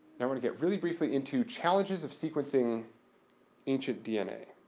i want to get really briefly into challenges of sequencing ancient dna.